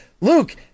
Luke